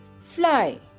fly